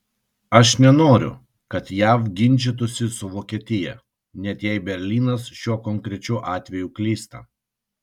aš nenoriu kad jav ginčytųsi su vokietija net jei berlynas šiuo konkrečiu atveju klysta